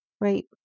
right